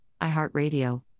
iHeartRadio